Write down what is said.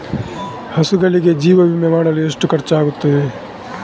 ಹಸುಗಳಿಗೆ ಜೀವ ವಿಮೆ ಮಾಡಲು ಎಷ್ಟು ಖರ್ಚಾಗುತ್ತದೆ?